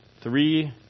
three